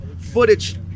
footage